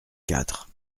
quatre